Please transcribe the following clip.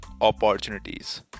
opportunities